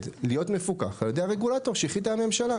להיות מפוקח על ידי הרגולטור שהחליטה הממשלה.